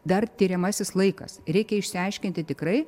dar tiriamasis laikas reikia išsiaiškinti tikrai